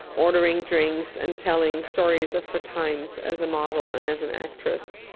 ordering drinks and telling stories of her times as a model and as an actress.